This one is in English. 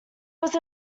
was